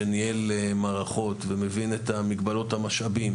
ניהל מערכות ומבין את מגבלות המשאבים,